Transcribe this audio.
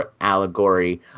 allegory